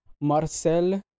Marcel